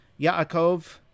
Yaakov